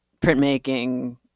printmaking